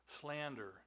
slander